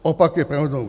Opak je pravdou!